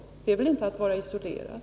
Då är väl inte vpk isolerat.